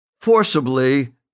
forcibly